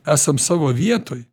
esam savo vietoj